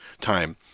time